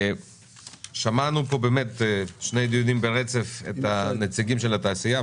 שמענו פה באמת בשני דיונים ברצף את נציגי התעשייה.